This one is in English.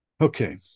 okay